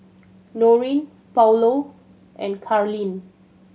Noreen Paulo and Karlene